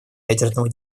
ядерного